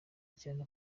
cyane